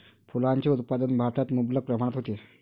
फुलांचे उत्पादन भारतात मुबलक प्रमाणात होते